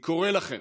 אני קורא לכם: